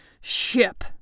ship